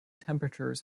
temperatures